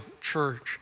Church